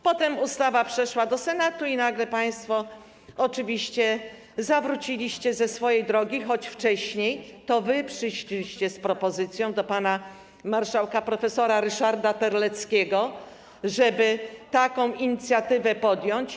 Potem ustawa przeszła do Senatu i nagle państwo oczywiście zawróciliście ze swojej drogi, choć wcześniej to wy przyszliście z propozycją do pana marszałka prof. Ryszarda Terleckiego, żeby taką inicjatywę podjąć.